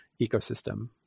ecosystem